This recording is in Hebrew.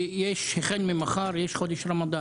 שהחל ממחר יש חודש רמדאן